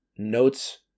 Notes